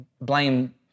blame